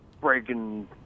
breaking